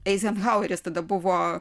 eizenhaueris tada buvo